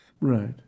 Right